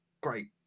great